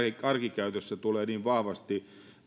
arkikäytössä tulee niin vahvasti